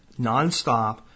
nonstop